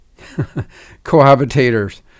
cohabitators